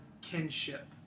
kinship